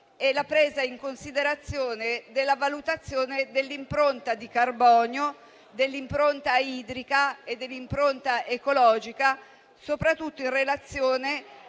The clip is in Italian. e la presa in considerazione della valutazione dell'impronta di carbonio, dell'impronta idrica e dell'impronta ecologica, soprattutto in relazione